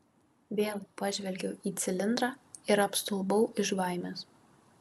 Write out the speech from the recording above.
vėl pažvelgiau į cilindrą ir apstulbau iš baimės